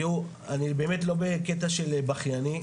תראו אני באמת לא בקטע של בכייני,